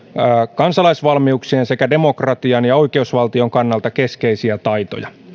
kansalaisvalmiuksien sekä demokratian ja oikeusvaltion kannalta keskeisiä taitoja